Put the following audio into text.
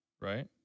right